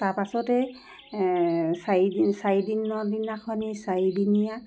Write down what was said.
তাৰপাছতেই চাৰিদিনৰ দিনাখনি চাৰিদিনীয়া